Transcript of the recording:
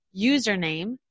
username